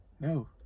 No